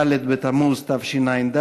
ד' בתמוז התשע"ד,